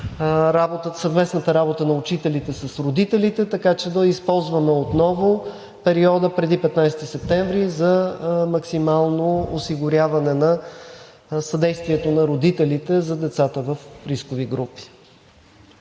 съвместната работа на учителите с родителите, така че да използваме отново периода преди 15 септември за максимално осигуряване на съдействието на родителите за децата в рискови групи.